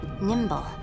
nimble